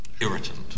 irritant